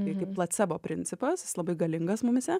tai kaip placebo principas labai galingas mumyse